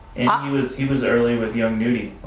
he was he was early with young nudy,